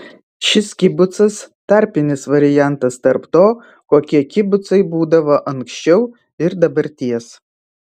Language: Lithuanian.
šis kibucas tarpinis variantas tarp to kokie kibucai būdavo anksčiau ir dabarties